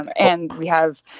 and and we have,